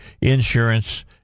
insurance